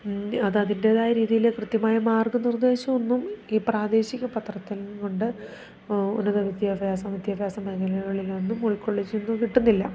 അത് അതിൻ്റേതായ രീതിയിൽ കൃത്യമായ മാർഗ്ഗനിർദ്ദേശമൊന്നും ഈ പ്രാദേശികപത്രത്തിൽ നിന്നുകൊണ്ട് ഉന്നതവിദ്യാഭ്യാസം വിദ്യാഭ്യാസമേഖലകളിലൊന്നും ഉൾക്കൊള്ളിച്ചൊന്നും കിട്ടുന്നില്ല